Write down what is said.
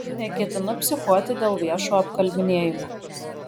neketinu psichuoti dėl viešo apkalbinėjimo